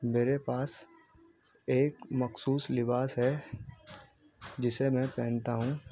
میرے پاس ایک مخصوص لباس ہے جسے میں پہنتا ہوں